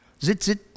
Zitzit